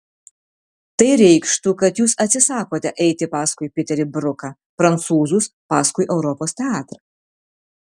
tai reikštų kad jūs atsisakote eiti paskui piterį bruką prancūzus paskui europos teatrą